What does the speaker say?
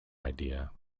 idea